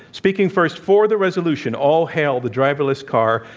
speaking first for the resolution all hail the driverless car,